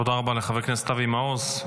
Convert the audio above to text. תודה רבה לחבר הכנסת אבי מעוז.